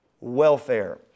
welfare